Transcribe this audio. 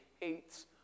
hates